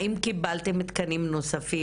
האם קיבלתם תקנים נוספים?